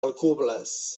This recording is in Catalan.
alcubles